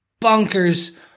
bonkers